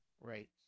Right